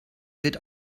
wird